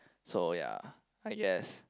so ya I guess